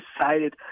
decided